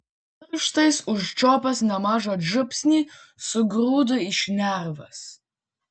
pirštais užčiuopęs nemažą žiupsnį sugrūdu į šnerves